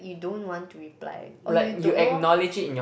you don't want to reply or you don't know